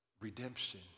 redemption